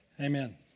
Amen